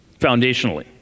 foundationally